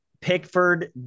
Pickford